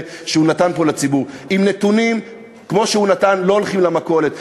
שהוא נתן פה לציבור: עם נתונים כמו שהוא נתן לא הולכים למכולת.